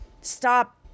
stop